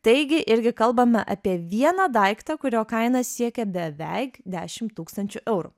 taigi irgi kalbame apie vieną daiktą kurio kaina siekia beveik dešimt tūkstančių eurų